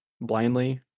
blindly